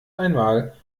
einmal